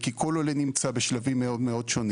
כי כל עולה נמצא בשלבים מאוד שונים,